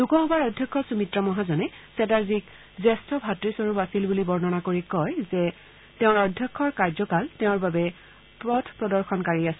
লোকসভাৰ অধ্যক্ষ সুমিত্ৰ মহাজনে চেতাৰ্জীক জ্যেষ্ঠ ভাতৃস্বৰূপ আছিল বুলি বৰ্ণনা কৰি কয় যে তেওঁৰ অধ্যক্ষৰ কাৰ্যকাল তেওঁৰ বাবে পথ প্ৰদৰ্শক আছিল